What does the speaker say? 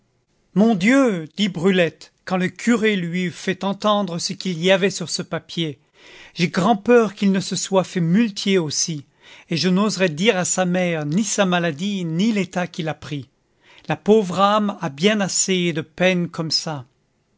mon dieu dit brulette quand le curé lui eut fait entendre ce qu'il y avait sur ce papier j'ai grand'peur qu'il ne se soit fait muletier aussi et je n'oserais dire à sa mère ni sa maladie ni l'état qu'il a pris la pauvre âme a bien assez de peines comme ça